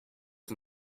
and